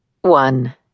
One